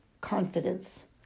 confidence